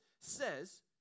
says